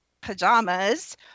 pajamas